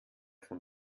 von